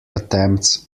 attempts